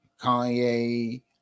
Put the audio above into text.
Kanye